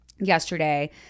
yesterday